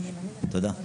תודה.